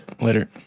later